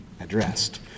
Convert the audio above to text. addressed